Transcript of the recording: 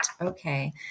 Okay